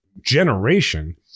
generation